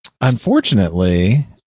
unfortunately